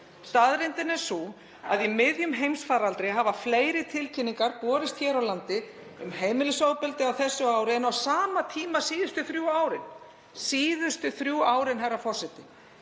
Staðreyndin er sú að í miðjum heimsfaraldri hafa fleiri tilkynningar borist hér á landi um heimilisofbeldi á þessu ári en á sama tíma síðustu þrjú árin. Síðustu þrjú ár, herra forseti.